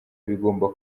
bigomba